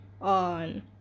on